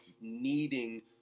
needing